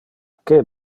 que